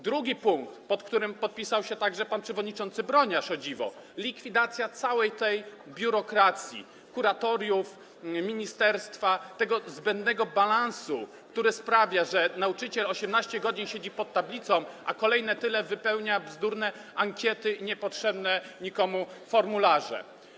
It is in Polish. Drugi punkt, pod którym podpisał się także pan przewodniczący Broniarz, o dziwo, to likwidacja całej tej biurokracji, kuratoriów, ministerstwa, tego zbędnego balastu, który sprawia, że nauczyciel 18 godzin siedzi pod tablicą, a kolejne tyle wypełnia bzdurne ankiety, niepotrzebne nikomu formularze.